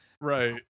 right